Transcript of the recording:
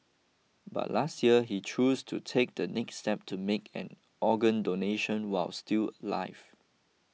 but last year he choose to take the next step to make an organ donation while still live